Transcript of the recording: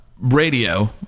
radio